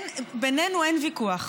בינינו אין ויכוח,